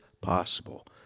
possible